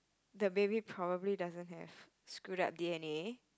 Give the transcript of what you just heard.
the baby probably doesn't have screwed up d_n_a